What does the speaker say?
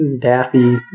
Daffy